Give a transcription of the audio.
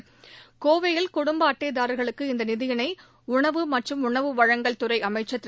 னேவையில் குடும்ப அட்டதார்களுக்கு இந்த நிதியிளை உணவு மற்றும் உணவு வழங்கல் துறை அளமக்சர் திரு